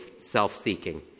self-seeking